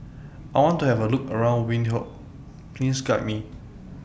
I want to Have A Look around Windhoek Please Guide Me